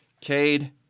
Cade